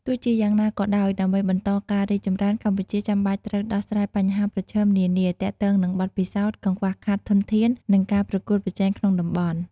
ទោះជាយ៉ាងណាក៏ដោយ ដើម្បីបន្តការរីកចម្រើន កម្ពុជាចាំបាច់ត្រូវដោះស្រាយបញ្ហាប្រឈមនានា ទាក់ទងនឹងបទពិសោធន៍ កង្វះខាតធនធាន និងការប្រកួតប្រជែងក្នុងតំបន់។